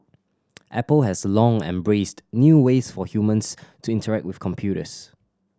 apple has long embraced new ways for humans to interact with computers